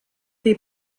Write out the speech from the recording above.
they